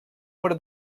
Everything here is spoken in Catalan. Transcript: per